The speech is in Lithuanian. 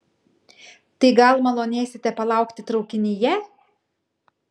tai gal malonėsite palaukti traukinyje